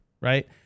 right